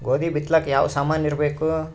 ಗೋಧಿ ಬಿತ್ತಲಾಕ ಯಾವ ಸಾಮಾನಿರಬೇಕು?